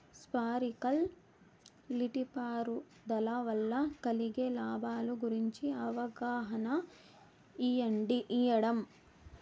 Sprinkle నీటిపారుదల వల్ల కలిగే లాభాల గురించి అవగాహన ఇయ్యడం?